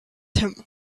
him